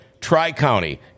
Tri-County